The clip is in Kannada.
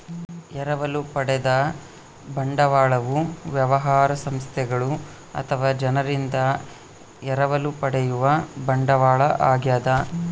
ಎರವಲು ಪಡೆದ ಬಂಡವಾಳವು ವ್ಯವಹಾರ ಸಂಸ್ಥೆಗಳು ಅಥವಾ ಜನರಿಂದ ಎರವಲು ಪಡೆಯುವ ಬಂಡವಾಳ ಆಗ್ಯದ